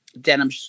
denim